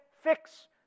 fix